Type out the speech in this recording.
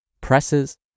presses